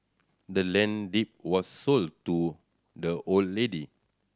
the land deed was sold to the old lady